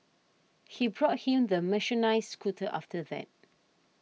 he brought him the mechanised scooter after that